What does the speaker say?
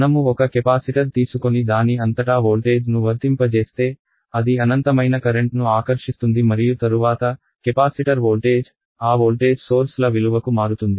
మనము ఒక కెపాసిటర్ తీసుకొని దాని అంతటా వోల్టేజ్ను వర్తింపజేస్తే అది అనంతమైన కరెంట్ను ఆకర్షిస్తుంది మరియు తరువాత కెపాసిటర్ వోల్టేజ్ ఆ వోల్టేజ్ సోర్స్ ల విలువకు మారుతుంది